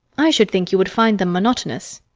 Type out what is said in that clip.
i should think you would find them monotonous.